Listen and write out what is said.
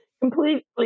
completely